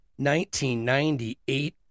1998